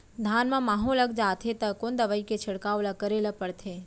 धान म माहो लग जाथे त कोन दवई के छिड़काव ल करे ल पड़थे?